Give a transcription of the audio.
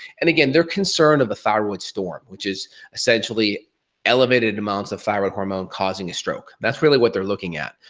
and again, they're concern of a thyroid storm, which is essentially elevated amounts of thyroid hormone causing a stroke. that's really what they're looking at.